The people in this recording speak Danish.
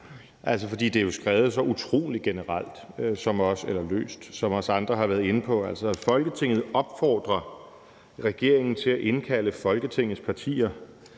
være imod. Det er jo skrevet så utrolig generelt eller løst, som også andre har været inde på: »Folketinget opfordrer regeringen til at indkalde Folketingets partier